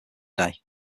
day